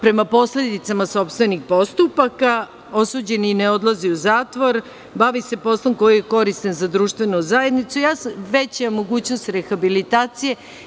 Prema posledicama sopstvenih postupaka osuđeni ne odlazi u zatvor, bavi se poslom koji je koristan za društvenu zajednicu i veća je mogućnost rehabilitacije.